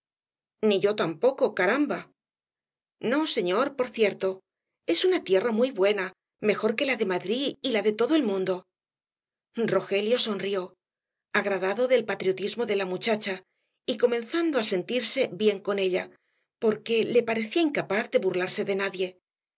ni yo tampoco caramba no señor por cierto es una tierra muy buena mejor que la de madrí y la de todo el mundo rogelio sonrió agradado del patriotismo de la muchacha y comenzando á sentirse bien con ella porque le parecía incapaz de burlarse de nadie